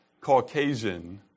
Caucasian